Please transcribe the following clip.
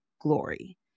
glory